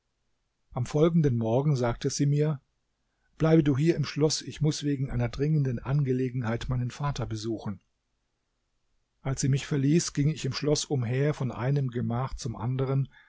am folgenden morgen sagte sie mir bleibe du hier im schloß ich muß wegen einer dringenden angelegenheit meinen vater besuchen als sie mich verließ ging ich im schloß umher von einem gemach zum andern